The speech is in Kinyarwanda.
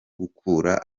gukura